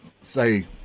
say